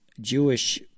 Jewish